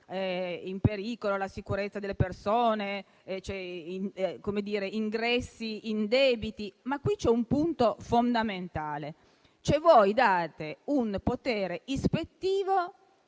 in pericolo la sicurezza delle persone con ingressi indebiti. Ma qui c'è un punto fondamentale. Voi date un potere ispettivo